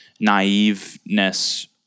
naiveness